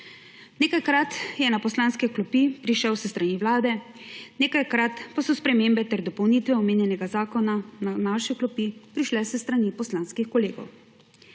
Nekajkrat je na poslanske klopi prišel s strani Vlade, nekajkrat pa so spremembe ter dopolnitve omenjenega zakona na naše klopi prišle s strani poslanskih kolegov.